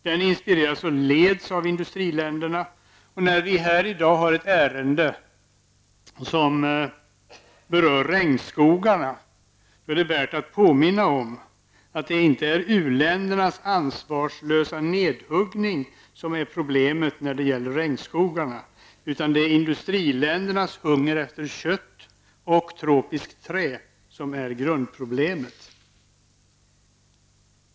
Den inspireras och leds av industriländerna, och när vi här i dag har ett ärende som berör regnskogarna, är det värt att påminna om att det inte är u-ländernas ansvarslösa nedhuggning som är problemet när det gäller regnskogarna, utan det är industriländernas hunger efter kött och tropiskt trä som är grundproblemet.